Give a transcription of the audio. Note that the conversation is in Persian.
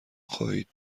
خواهید